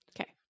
Okay